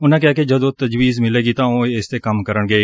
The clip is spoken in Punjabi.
ਉਨੁਂ ਕਿਹਾ ਕਿ ਜਦੋ ਤਜਵੀਜ਼ ਮਿਲੇਗੀ ਤਾ ਉਹ ਇਸ ਤੇ ਕੰਮ ਕਰਨਗੇ